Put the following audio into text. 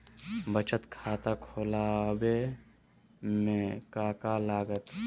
बचत खाता खुला बे में का का लागत?